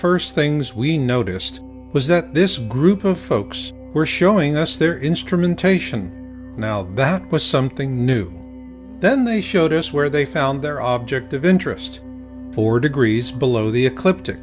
first things we noticed was that this group of folks were showing us their instrumentation now that was something new then they showed us where they found their object of interest four degrees below the e